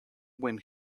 when